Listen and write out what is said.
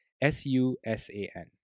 S-U-S-A-N